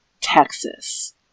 Texas